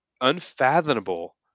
unfathomable